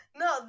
No